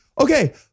Okay